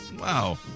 Wow